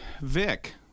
Vic